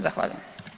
Zahvaljujem.